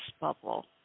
bubble